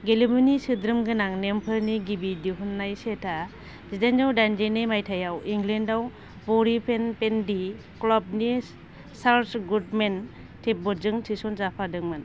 गेलेमुनि सोद्रोम गोनां नेमफोरनि गिबि दिहुननाय सेटआ जिदाइनजौ दाइनजिनै मायथाइयाव इंलेण्डआव बरि फेन बेन्डी क्लाबनि चार्ल्स गुडमेन टेब्बटजों थिसन जाफादोंमोन